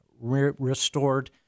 restored